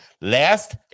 Last